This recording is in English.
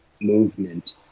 movement